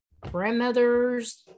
grandmother's